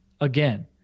Again